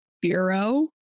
Bureau